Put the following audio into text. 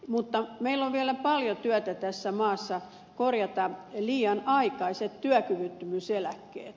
mutta meillä on vielä paljon työtä tässä maassa korjata liian aikaiset työkyvyttömyyseläkkeet